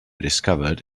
discovered